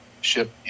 ship